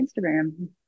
Instagram